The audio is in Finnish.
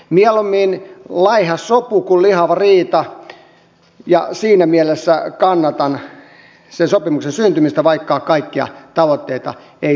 mieluummin laiha sopu kuin lihava riita ja siinä mielessä kannatan sen sopimuksen syntymistä vaikka kaikkia tavoitteita ei saavutetakaan